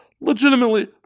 legitimately